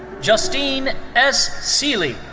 justine s. seeley.